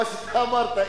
כמו שאמרת,